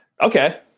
Okay